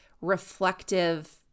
reflective